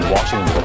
Washington